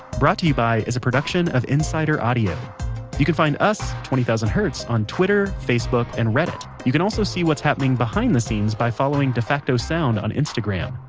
brought to you by is a production of insider audio you can find us, twenty thousand hertz, on twitter, facebook, and reddit. you can also see what's happening behind the scenes by following defacto sound on instagram.